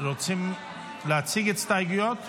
רוצים להציג הסתייגויות?